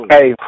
Hey